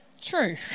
True